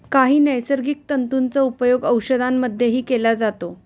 काही नैसर्गिक तंतूंचा उपयोग औषधांमध्येही केला जातो